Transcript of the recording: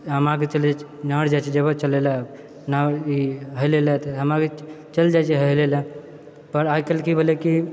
हमरा आरके चलैत छी नहर जाइत छी जेबहो चलैलऽ नहर ई हेलै लऽ तऽ हमरा आर चलि जाइत छी हेलै लऽ पर आइकाल्हि की भेलै कि